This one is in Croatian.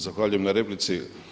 Zahvaljujem na replici.